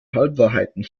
halbwahrheiten